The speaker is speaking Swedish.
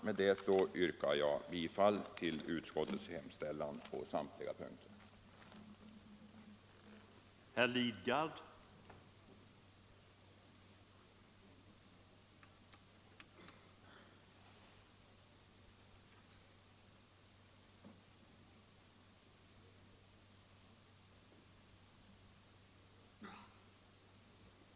Med det anförda yrkar jag bifall till utskottet hemställan på samtliga punkter.